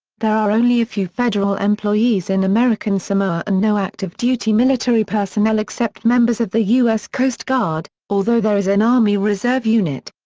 there are only a few federal employees in american samoa and no active duty military personnel except members of the u s. coast guard, although there is an army reserve unit.